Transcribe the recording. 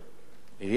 העירייה טענה,